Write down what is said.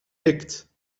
tikt